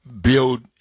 build